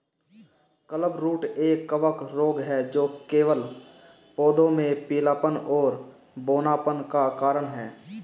clubroot एक कवक रोग है जो केवल पौधों में पीलापन और बौनापन का कारण है